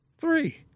Three